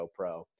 GoPro